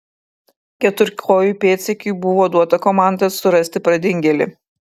keturkojui pėdsekiui buvo duota komanda surasti pradingėlį